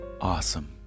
awesome